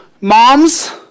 moms